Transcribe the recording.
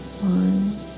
One